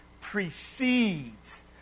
precedes